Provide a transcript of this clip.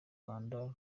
rwanda